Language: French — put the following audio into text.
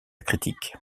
critique